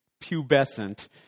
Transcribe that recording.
pubescent